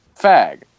fag